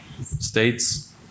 states